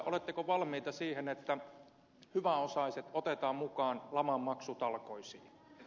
oletteko valmiita siihen että hyväosaiset otetaan mukaan lamanmaksutalkoisiin